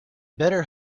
better